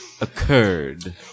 occurred